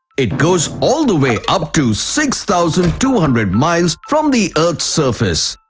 it goes all the way up to six thousand two hundred miles from the earth's surface.